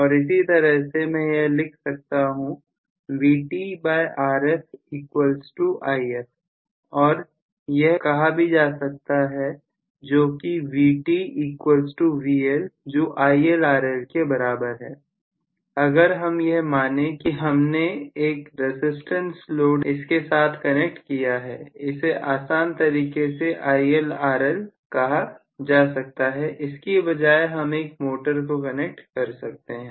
और इसी तरह से मैं यह लिख सकता हूं VtRf If और यह कहा भी सा सकता है जो कि VtVLजो ILRL के बराबर है अगर हम यह माने कि हमने एक रसिस्टेंस लोड इसके साथ कनेक्ट किया है इसे आसान तरीके से ILRL कहा जा सकता है इसकी बजाय हम एक मोटर को कनेक्ट कर सकते हैं